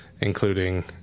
including